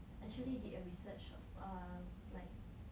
actually did a research of err like